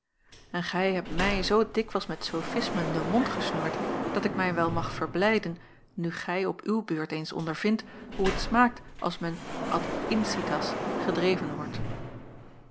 en gij hebt mij zoo dikwijls met sofismen den mond gesnoerd dat ik mij wel mag verblijden nu gij op uwe beurt eens ondervindt hoe t smaakt als men ad incitas gedreven wordt